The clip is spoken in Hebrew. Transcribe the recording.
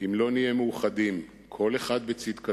אם לא נהיה מאוחדים, כל אחד בצדקתו,